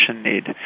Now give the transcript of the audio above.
need